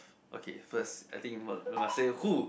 okay first I think you must you must say who